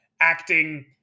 acting